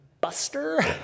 buster